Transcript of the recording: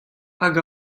hag